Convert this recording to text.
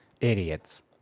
Idiots